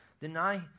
deny